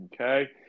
Okay